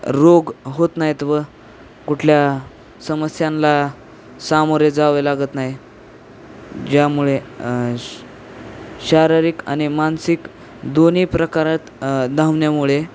रोग होत नाहीत व कुठल्या समस्यांला सामोरे जावे लागत नाही ज्यामुळे श शारीरिक आणि मानसिक दोन्ही प्रकारात धावण्यामुळे